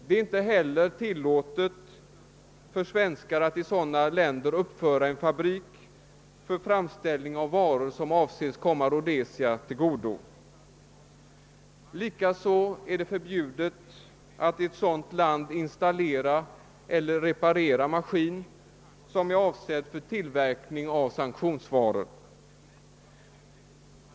Det är inte heller tillåtet för svenskar att i sådana länder uppföra en fabrik för framställning av varor som avses komma Rhodesia till godo. Likaså är det förbjudet att i ett sådant land installera eller reparera maskin som är avsedd för tillverkning av sanktionsvaror.